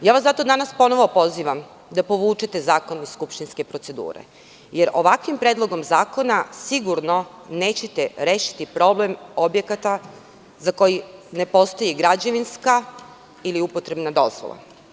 Zato vas danas ponovo pozivam da povučete zakon iz skupštinske procedure, jer ovakvim predlogom zakona sigurno nećete rešiti problem objekata za koje ne postoji građevinska ili upotrebna dozvola.